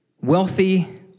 wealthy